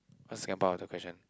what Singapore other question